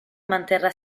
manterrà